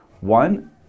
One